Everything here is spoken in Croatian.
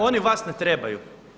Oni vas ne trebaju.